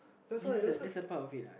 ya that's a that's a part of it what